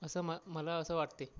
असं म मला असं वाटते